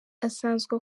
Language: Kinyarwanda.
asanzwe